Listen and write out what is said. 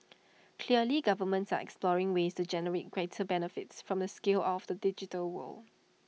clearly governments are exploring ways to generate greater benefits from the scale of the digital world